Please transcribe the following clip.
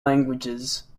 languages